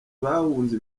bahunze